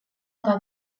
eta